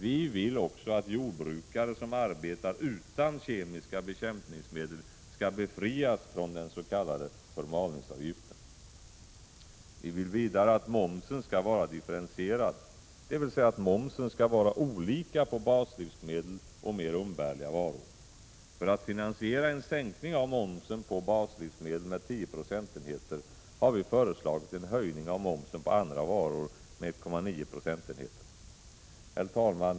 Vi vill också att jordbrukare som arbetar utan kemiska bekämpningsmedel skall befrias från den s.k. förmalningsavgiften. Vi vill vidare att momsen skall vara differentierad, dvs. att momsen skall vara olika på baslivsmedel och mer umbärliga varor. För att finansiera en sänkning av momsen på baslivsmedel med 10 procentenheter har vi föreslagit en höjning av momsen på andra varor med 1,9 procentenheter. Herr talman!